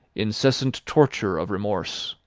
incessant torture of remorse.